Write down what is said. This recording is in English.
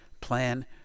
plan